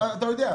אתה יודע.